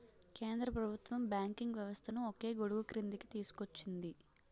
కేంద్ర ప్రభుత్వం బ్యాంకింగ్ వ్యవస్థను ఒకే గొడుగుక్రిందికి తీసుకొచ్చింది